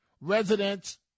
Residents